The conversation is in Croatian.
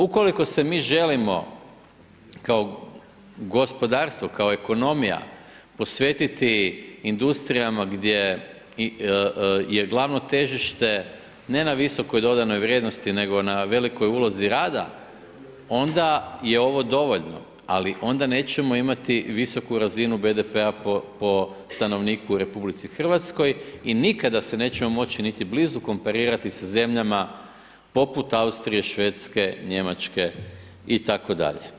Ukoliko se mi želimo kao gospodarstvo, kao ekonomija posvetiti industrijama gdje je glavno težište ne na visoko dodanoj vrijednosti nego na velikoj ulozi rada, onda je ovo dovoljno, ali onda nećemo imati visoku razinu BDP-a po stanovniku u RH i nikada se nećemo moći niti blizu komparirati sa zemljama poput Austrije, Švedske, Njemačke itd.